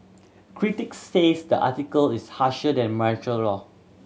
critics says the article is harsher than martial law